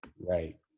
right